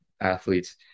athletes